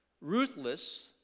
ruthless